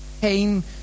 came